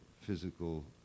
physical